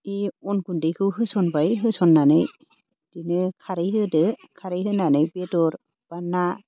बे अन गुन्दैखौ होसनबाय होसननानै बिदिनो खारै होदो खारै होनानै बेदर बा ना